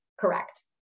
correct